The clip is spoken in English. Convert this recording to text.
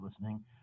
listening